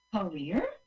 Career